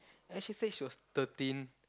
and she said she was thirteen